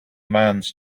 mans